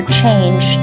change